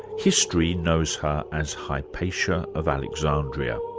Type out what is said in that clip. history knows her as hypatia of alexandria.